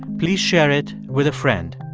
please share it with a friend.